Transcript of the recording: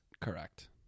Correct